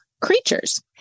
creatures